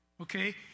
okay